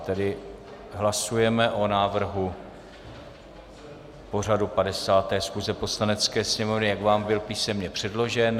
Tedy hlasujeme o návrhu pořadu 50. schůze Poslanecké sněmovny, jak vám byl písemně předložen.